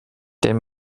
dem